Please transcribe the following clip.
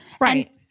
Right